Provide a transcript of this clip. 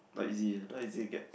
not easy ah not easy to get